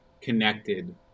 connected